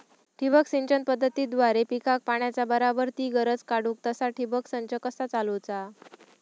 ठिबक सिंचन पद्धतीद्वारे पिकाक पाण्याचा बराबर ती गरज काडूक तसा ठिबक संच कसा चालवुचा?